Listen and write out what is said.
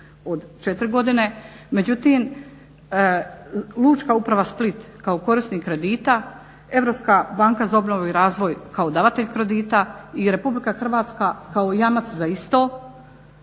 od 4 godine. Međutim, Lučka uprava Split kao korisnik kredita, Europska banka za obnovu i razvoj kao davatelj kredita i Republika Hrvatska kao jamac za isto